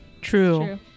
true